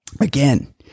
again